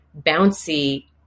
bouncy